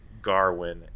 Garwin